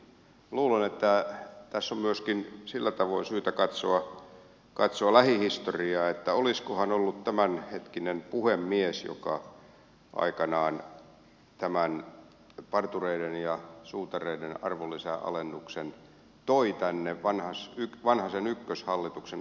luulen että tässä on myöskin sillä tavoin syytä katsoa lähihistoriaa että olisikohan ollut tämänhetkinen puhemies joka aikanaan tämän partureiden ja suutareiden arvonlisäalennuksen toi tänne vanhasen ykköshallituksen aikana